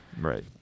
right